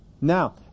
Now